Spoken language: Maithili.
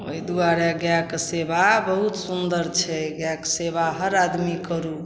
एहि दुआरे गाइके सेवा बहुत सुन्दर छै गाइके सेवा हर आदमी करू